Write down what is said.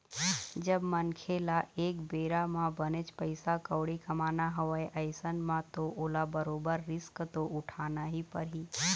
जब मनखे ल एक बेरा म बनेच पइसा कउड़ी कमाना हवय अइसन म तो ओला बरोबर रिस्क तो उठाना ही परही